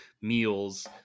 meals